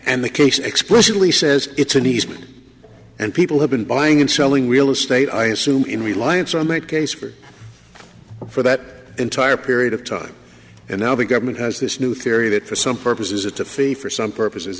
and the case explicitly says it's a nice and people have been buying and selling real estate i assume in reliance on that case for for that entire period of time and now the government has this new theory that for some purposes it's a fee for some purposes i